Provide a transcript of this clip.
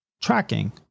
Tracking